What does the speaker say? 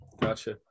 Gotcha